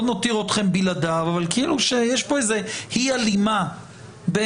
לא נותיר אתכם בלעדיו אבל כאילו יש פה אי-הלימה בין